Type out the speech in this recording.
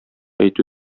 әйтү